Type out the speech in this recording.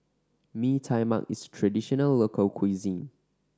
Mee Tai Mak is a traditional local cuisine